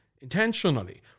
intentionally